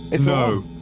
No